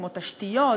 כמו תשתיות,